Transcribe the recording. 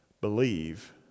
believe